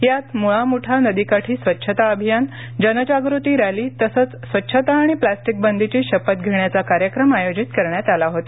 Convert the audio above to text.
यात मुळा मुठा नदी काठी स्वच्छता अभियान जनजागृती रॅली तसंच स्वच्छता आणि प्लास्टिक बंदीची शपथ घेण्याचा कार्यक्रम आयोजित करण्यात आला होता